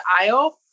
aisle